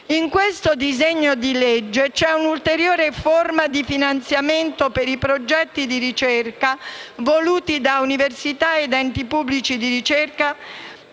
Nel disegno di legge in esame c'è un'ulteriore forma di finanziamento per i progetti di ricerca voluti da università ed enti pubblici di ricerca,